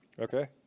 Okay